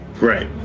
Right